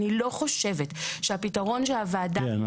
אני לא חושבת שהפתרון שהוועדה נתנה יפתור את הבעיה.